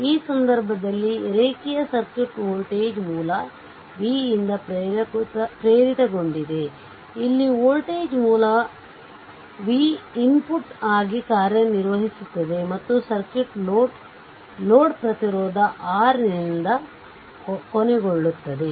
ಈ ಸಂದರ್ಭದಲ್ಲಿ ರೇಖೀಯ ಸರ್ಕ್ಯೂಟ್ ವೋಲ್ಟೇಜ್ ಮೂಲ v ಯಿಂದ ಪ್ರೇರಿತಗೊಂಡಿದೆ ಇಲ್ಲಿ ವೋಲ್ಟೇಜ್ ಮೂಲ v ಇನ್ಪುಟ್ ಆಗಿ ಕಾರ್ಯನಿರ್ವಹಿಸುತ್ತದೆ ಮತ್ತು ಸರ್ಕ್ಯೂಟ್ ಲೋಡ್ ಪ್ರತಿರೋಧ R ನಿಂದ ಕೊನೆಗೊಳ್ಳುತ್ತದೆ